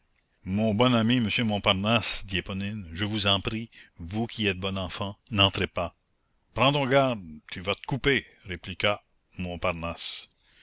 mon bon ami monsieur montparnasse dit éponine je vous en prie vous qui êtes bon enfant n'entrez pas prends donc garde tu vas te couper répliqua montparnasse